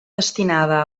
destinada